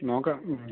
നോക്കാം